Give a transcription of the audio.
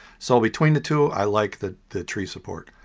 so between the two i like the the tree support.